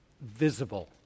visible